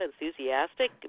enthusiastic